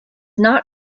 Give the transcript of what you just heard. not